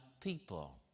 people